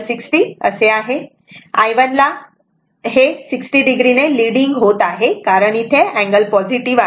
म्हणजेच खरेतर हे i1 ला 60 o ने लीडिंग होत आहे कारण अँगल पॉझिटिव आहे